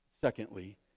Secondly